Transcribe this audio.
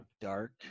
dark